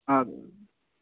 ادٕ حظ